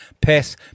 piss